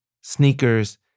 sneakers